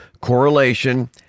Correlation